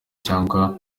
cyangwa